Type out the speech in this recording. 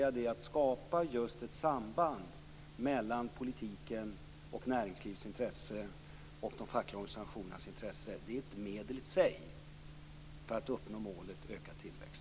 Att skapa ett samband mellan politiken och näringslivets intresse och de fackliga organisationernas intresse kan man därför säga i sig är ett medel för att uppnå målet ökad tillväxt.